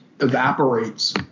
evaporates